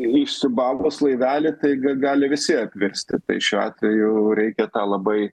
išsiūbavus laivelį tai gali visi apvirsti tai šiuo atveju reikia tą labai